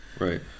right